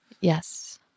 Yes